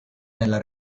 nella